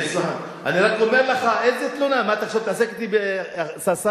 אני רק אומר לך, איזה תלונה?